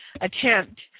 attempt